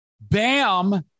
Bam